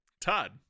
Todd